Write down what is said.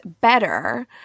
better